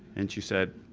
and she said,